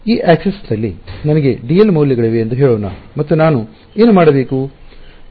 ಈ ಅಕ್ಷದಲ್ಲಿ ಅಕ್ಸಿಸ್ ದಲ್ಲಿ ನನಗೆ ಡಿಎಲ್ ಮೌಲ್ಯಗಳಿವೆ ಎಂದು ಹೇಳೋಣ ಮತ್ತು ನಾನು ಏನು ಮಾಡಬೇಕು